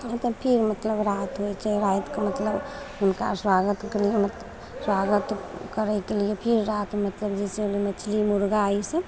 ओसब फेर मतलब राति होइ छै रातिके मतलब हुनका स्वागत करैमे स्वागत करैके लिए फेर रातिमे सबजी छोड़ि मछली मुरगा ईसब